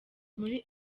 muri